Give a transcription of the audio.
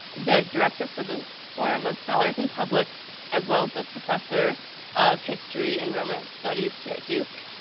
the director for the forum of scholars in publics, as well as a professor of history and romance studies here at duke.